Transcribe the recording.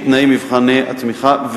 העומדות בתנאי מבחני התמיכה,